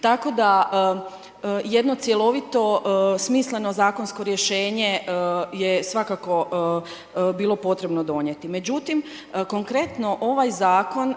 tako da, jedno cjelovito smisleno zakonsko rješenje je svakako bilo potrebno donjeti.